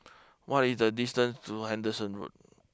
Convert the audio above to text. what is the distance to Henderson Road